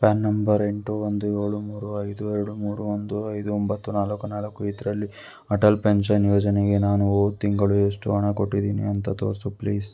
PAN number ಎಂಟು ಒಂದು ಏಳು ಮೂರು ಐದು ಎರಡು ಮೂರು ಒಂದು ಐದು ಒಂಬತ್ತು ನಾಲ್ಕು ನಾಲ್ಕು ಇದರಲ್ಲಿ ಅಟಲ್ ಪೆನ್ಷನ್ ಯೋಜನೆಗೆ ನಾನು ಹೋದ ತಿಂಗಳು ಎಷ್ಟು ಹಣ ಕೊಟ್ಟಿದ್ದೀನಿ ಅಂತ ತೋರಿಸು ಪ್ಲೀಸ್